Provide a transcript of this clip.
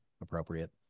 appropriate